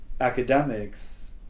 academics